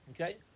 Okay